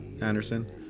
anderson